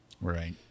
Right